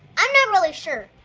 i'm not really sure?